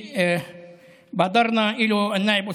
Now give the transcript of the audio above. להלן תרגומם: כבוד היושב-ראש,